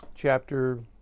chapter